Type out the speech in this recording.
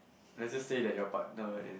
let's just say that your partner is